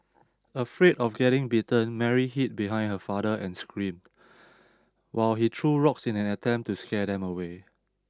afraid of getting bitten Mary hid behind her father and screamed while he threw rocks in an attempt to scare them away